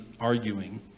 arguing